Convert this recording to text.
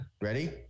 Ready